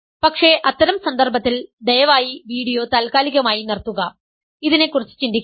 പക്ഷേ അത്തരം സന്ദർഭത്തിൽ ദയവായി വീഡിയോ താൽക്കാലികമായി നിർത്തുക ഇതിനെക്കുറിച്ച് ചിന്തിക്കുക